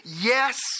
Yes